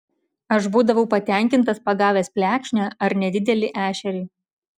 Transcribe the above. aš būdavau patenkintas pagavęs plekšnę ar nedidelį ešerį